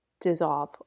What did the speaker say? dissolve